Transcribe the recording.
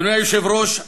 אדוני היושב-ראש,